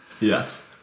Yes